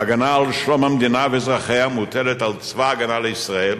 ההגנה על שלום המדינה ואזרחיה מוטלת על צבא-הגנה לישראל